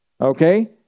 okay